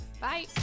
Bye